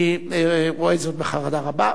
אני רואה זאת בחרדה רבה.